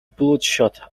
bloodshot